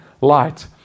light